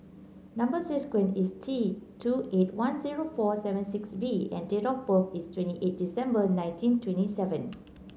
number is T two eight one zero four seven six V and date of birth is twenty eight December nineteen twenty seven